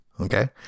Okay